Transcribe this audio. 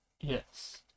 Yes